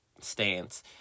stance